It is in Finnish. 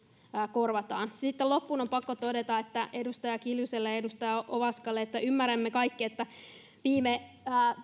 korvataan sitten loppuun on pakko todeta edustaja kiljuselle ja edustaja ovaskalle että me kaikki ymmärrämme että viime